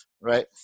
right